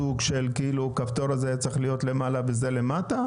סוג של הכפתור הזה היה צריך להיות למעלה וזה למטה?